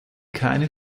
keine